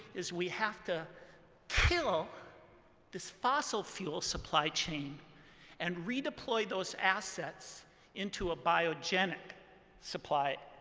is we have to kill this fossil fuel supply chain and redeploy those assets into a biogenic supply